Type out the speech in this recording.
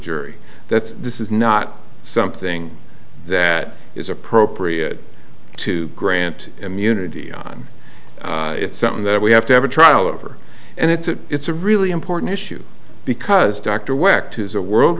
jury that this is not something that is appropriate to grant immunity on it's something that we have to have a trial over and it's a really important issue because dr w